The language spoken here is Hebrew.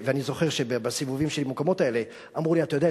ואני זוכר שבסיבובים שלי במקומות האלה אמרו לי: אתה יודע,